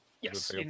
yes